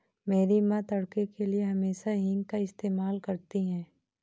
मेरी मां तड़के के लिए हमेशा हींग का इस्तेमाल करती हैं